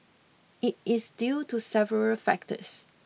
it is due to several factors